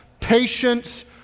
patience